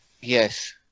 yes